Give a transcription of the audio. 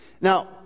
Now